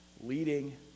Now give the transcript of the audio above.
leading